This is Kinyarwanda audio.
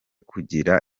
kugira